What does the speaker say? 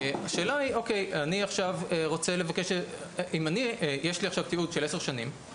השאלה היא: אם יש לי עכשיו תיעוד של עשר שנים,